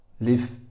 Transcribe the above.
Live